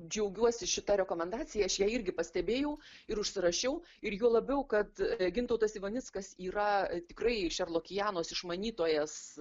džiaugiuosi šita rekomendacija aš ją irgi pastebėjau ir užsirašiau ir juo labiau kad gintautas ivanickas yra tikrai šerlokijanos išmanytojas